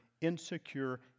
insecure